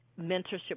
mentorship